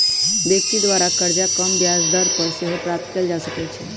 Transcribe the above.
व्यक्ति द्वारा करजा कम ब्याज दर पर सेहो प्राप्त कएल जा सकइ छै